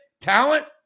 talent